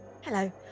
Hello